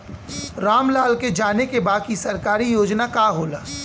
राम लाल के जाने के बा की सरकारी योजना का होला?